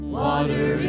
water